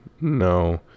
no